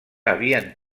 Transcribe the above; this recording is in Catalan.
havien